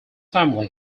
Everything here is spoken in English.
family